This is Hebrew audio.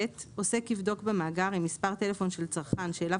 (ב) עוסק יבדוק במאגר אם מספר טלפון של צרכן שאליו